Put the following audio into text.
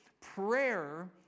Prayer